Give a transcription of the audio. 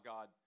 God